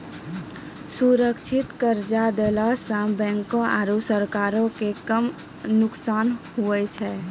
सुरक्षित कर्जा देला सं बैंको आरू सरकारो के कम नुकसान हुवै छै